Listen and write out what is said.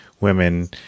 women